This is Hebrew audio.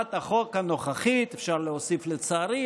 אפשר להוסיף "לצערי",